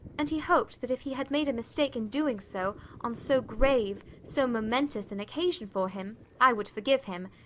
and he hoped that if he had made a mistake in doing so on so grave, so momentous, an occasion for him, i would forgive him.